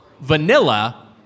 vanilla